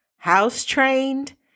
house-trained